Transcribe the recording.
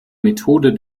methode